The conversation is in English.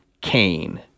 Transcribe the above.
Kane